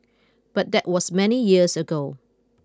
but that was many years ago